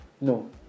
no